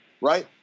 right